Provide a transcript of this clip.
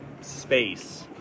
space